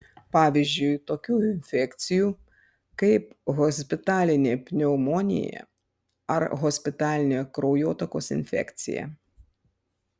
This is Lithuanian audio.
pavyzdžiui tokių infekcijų kaip hospitalinė pneumonija ar hospitalinė kraujotakos infekcija